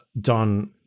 done